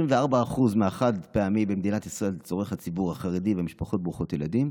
24% מהחד-פעמי במדינת ישראל צורך הציבור החרדי ומשפחות ברוכות ילדים,